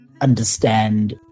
understand